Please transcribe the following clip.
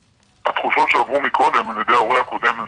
והתחושות שעברו מקודם על ידי ההורה הקודם,